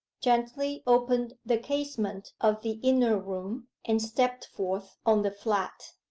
gently opened the casement of the inner room and stepped forth on the flat.